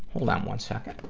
hold on one second.